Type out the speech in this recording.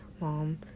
mom